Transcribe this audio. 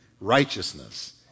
righteousness